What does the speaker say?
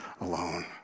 alone